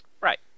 Right